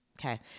Okay